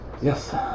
Yes